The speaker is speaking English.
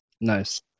Nice